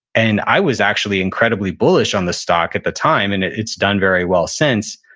and i was actually incredibly bullish on the stock at the time, and it's done very well since,